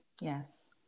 Yes